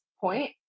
point